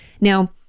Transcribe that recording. Now